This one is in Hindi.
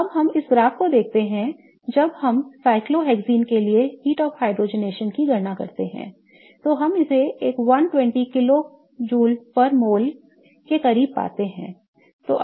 तो अब हम इस ग्राफ को देखते हैं जब हम साइक्लोहेक्सिन के लिए heat of hydrogenation की गणना करते हैं तो हम इसे एक 120 किलो जूल प्रति मोल के करीब पाते हैं